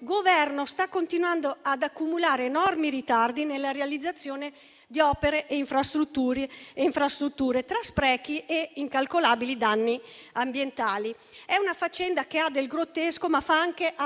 Governo sta continuando ad accumulare enormi ritardi nella realizzazione di opere e infrastrutture, tra sprechi e incalcolabili danni ambientali. È una faccenda che ha del grottesco, ma fa anche arrabbiare,